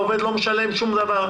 העובד לא משלם דבר,